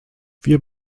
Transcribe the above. wir